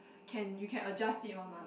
can you can adjust it one mah